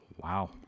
Wow